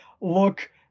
look